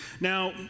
Now